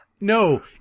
No